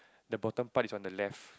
the bottom part is on the left